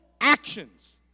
actions